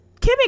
Kimmy